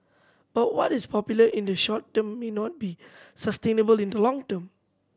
but what is popular in the short term may not be sustainable in the long term